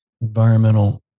environmental